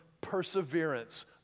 perseverance